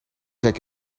take